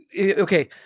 Okay